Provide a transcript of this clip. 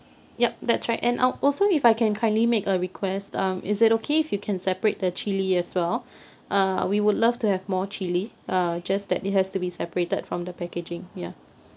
yup that's right and I'll also if I can kindly make a request um is it okay if you can separate the chili as well uh we would love to have more chili uh just that it has to be separated from the packaging ya